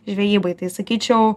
žvejybai tai sakyčiau